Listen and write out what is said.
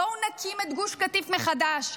בואו נקים את גוש קטיף מחדש,